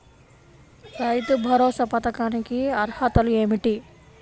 రైతు భరోసా పథకానికి అర్హతలు ఏమిటీ?